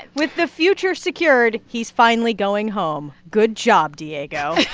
with the future secured, he's finally going home. good job, diego